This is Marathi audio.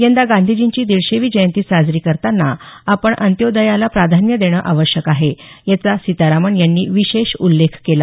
यंदा गांधीजींची दिडशेवी जयंती साजरी करताना आपण अंत्योदयाला प्राधान्य देणं आवश्यक आहे याचा सीतारामन यांनी विशेष उल्लेख केला